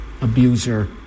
abuser